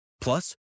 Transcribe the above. Plus